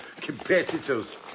competitors